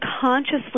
consciously